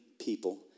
people